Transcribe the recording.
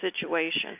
situation